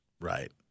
right